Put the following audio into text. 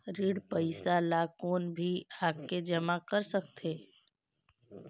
ऋण पईसा ला कोई भी आके जमा कर सकथे?